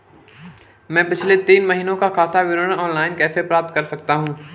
मैं पिछले तीन महीनों का खाता विवरण ऑनलाइन कैसे प्राप्त कर सकता हूं?